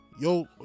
Yo